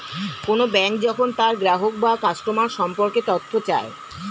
কোন ব্যাঙ্ক যখন তার গ্রাহক বা কাস্টমার সম্পর্কে তথ্য চায়